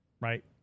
right